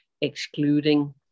excluding